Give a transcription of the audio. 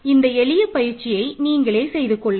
இந்த எளிய பயிற்சியை நீங்களே செய்து கொள்ளுங்கள்